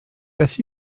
beth